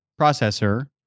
processor